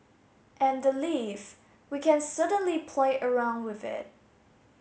and the leave we can certainly play around with it